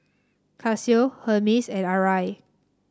Casio Hermes and Arai